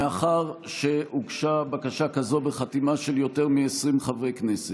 מאחר שהוגשה בקשה כזאת בחתימה של יותר מ-20 חברי כנסת.